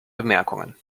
bemerkungen